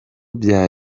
bya